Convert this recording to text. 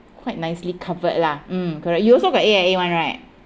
quite nicely covered lah mm correct you also got A_I_A one right